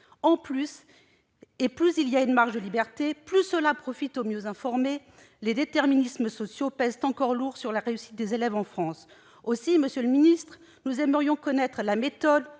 du jeune. Plus il y a une marge de liberté, plus cela profite aux mieux informés. Les déterminismes sociaux pèsent encore lourd sur la réussite des élèves en France. Monsieur le ministre, nous aimerions connaître la méthode,